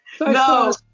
No